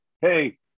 hey